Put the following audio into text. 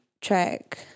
track